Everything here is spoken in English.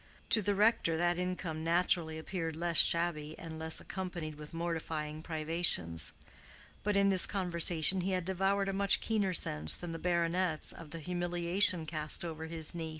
to the rector that income naturally appeared less shabby and less accompanied with mortifying privations but in this conversation he had devoured a much keener sense than the baronet's of the humiliation cast over his niece,